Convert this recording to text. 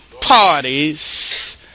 parties